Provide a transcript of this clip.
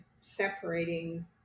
separating